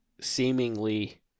seemingly